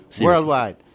worldwide